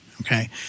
Okay